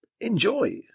Enjoy